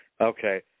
Okay